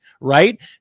right